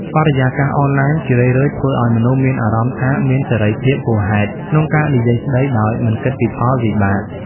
បរិយាកាសអនឡាញជារឿយៗធ្វើឲ្យមនុស្សមានអារម្មណ៍ថាមានសេរីភាពហួសហេតុក្នុងការនិយាយស្ដី ដោយមិនគិតពីផលវិបាក។